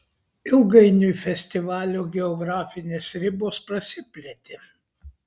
ilgainiui festivalio geografinės ribos prasiplėtė